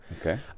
Okay